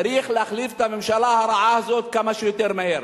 צריך להחליף את הממשלה הרעה הזאת כמה שיותר מהר.